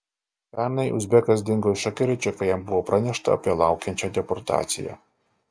pernai uzbekas dingo iš akiračio kai jam buvo pranešta apie laukiančią deportaciją